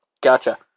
Gotcha